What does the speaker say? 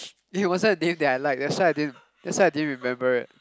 aye it wasn't a name that I like that's why I didn't that's why I didn't remember it